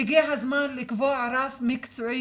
הגיע הזמן לקבוע רף מקצועי,